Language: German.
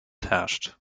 herrscht